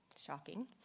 shocking